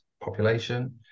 population